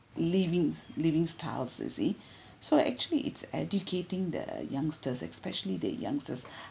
livings livings styles you see so actually it's educating the youngsters especially the youngsters